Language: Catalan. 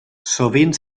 sovint